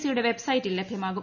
സിയുടെ വെബ്സൈറ്റിൽ ലഭ്യമാകും